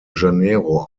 janeiro